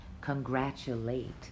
congratulate